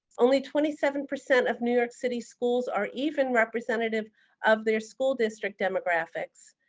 only twenty seven percent of new york city schools are even representative of their school district demographics.